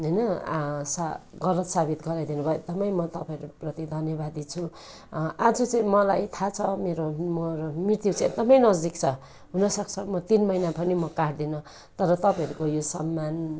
होइन सा गलत साबित गराइदिनु भयो एकदमै म तपाईँहरूप्रति धन्यवादी छु आज चाहिँ मलाई थाहा छ मेरो म मृत्यु चाहिँ एकदमै नजदिक छ हुनसक्छ म तिन महिना पनि म काट्दिनँ तर तपाईँहरूको यो सम्मान